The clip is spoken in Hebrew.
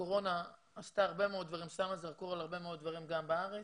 הקורונה שמה זרקור על הרבה מאוד דברים גם בארץ,